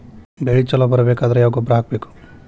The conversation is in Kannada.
ಬೆಳಿ ಛಲೋ ಬರಬೇಕಾದರ ಯಾವ ಗೊಬ್ಬರ ಹಾಕಬೇಕು?